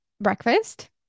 breakfast